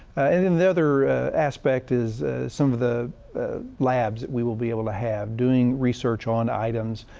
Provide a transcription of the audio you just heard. and then the other aspect is some of the labs that we will be able to have, doing research on items,